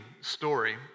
story